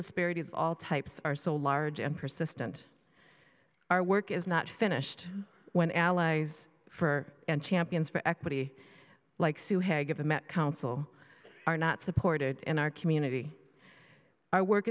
disparities of all types are so large and persistent our work is not finished when allies for and champions for equity like sue hag of the met council are not supported in our community our work